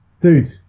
Dude